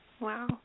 Wow